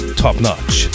top-notch